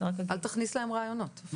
אל תכניס להם רעיונות.